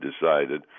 decided